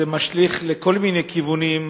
זה משליך היום לכל מיני כיוונים,